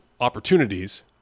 opportunities